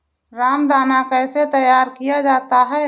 रामदाना कैसे तैयार किया जाता है?